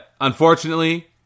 Unfortunately